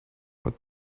but